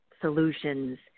solutions